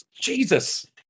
Jesus